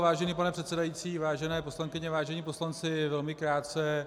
Vážený pane předsedající, vážené poslankyně, vážení poslanci, velmi krátce.